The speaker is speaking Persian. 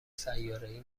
سیارهای